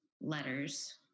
letters